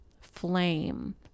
flame